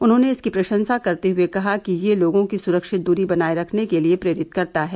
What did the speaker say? उन्होंने इसकी प्रशंसा करते हुए कहा कि यह लोगों को सुरक्षित दूरी बनाए रखने के लिए प्रेरित करता है